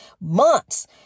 months